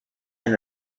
and